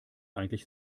eigentlich